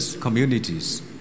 communities